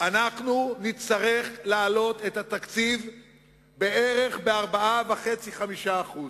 נצטרך להעלות את התקציב ב-4.5% 5%,